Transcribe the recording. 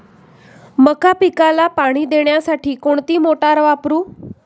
मका पिकाला पाणी देण्यासाठी कोणती मोटार वापरू?